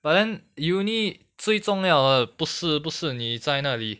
but then uni 最重要的不是不是你在那里